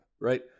right